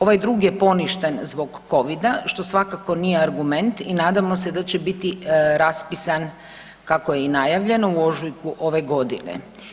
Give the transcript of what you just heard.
Ovaj drugi je poništen zbog covida što svakako nije argument i nadamo se da će biti raspisan kako je i najavljeno u ožujku ove godine.